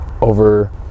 over